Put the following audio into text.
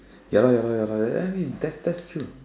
ya lor ya lor ya lor I mean that's that's true